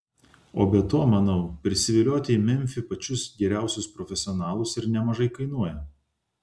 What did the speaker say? o be to manau prisivilioti į memfį pačius geriausius profesionalus ir nemažai kainuoja